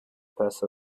passed